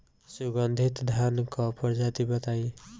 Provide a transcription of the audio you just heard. सुगन्धित धान क प्रजाति बताई?